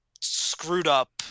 screwed-up